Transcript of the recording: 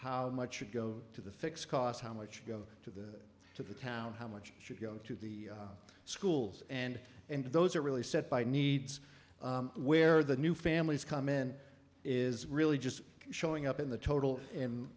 how much should go to the fixed cost how much go to the to the town how much should go to the schools and and those are really set by needs where the new families come in is really just showing up in the total